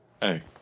Hey